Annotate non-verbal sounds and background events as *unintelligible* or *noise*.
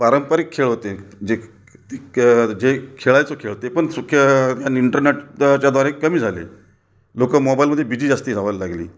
पारंपरिक खेळ होते जे ति खेळले जात जे खेळायचो खेळ ते पण *unintelligible* इंटरनेट त याच्या द्वारे कमी झाले लोक मोबाईलमध्ये बीजी जास्त राहायला लागली